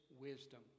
wisdom